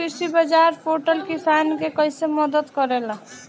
राष्ट्रीय कृषि बाजार पोर्टल किसान के कइसे मदद करेला?